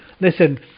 listen